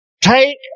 Take